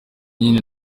nyine